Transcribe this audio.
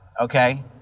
okay